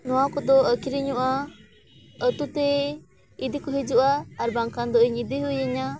ᱱᱚᱣᱟ ᱠᱚᱫᱚ ᱟᱹᱠᱷᱨᱤᱧᱚᱜᱼᱟ ᱟᱛᱳ ᱛᱮ ᱤᱫᱤ ᱠᱚ ᱦᱤᱡᱩᱜᱼᱟ ᱟᱨ ᱵᱟᱝᱠᱷᱟᱱ ᱫᱚ ᱤᱧ ᱤᱫᱤ ᱦᱩᱭᱤᱧᱟᱹ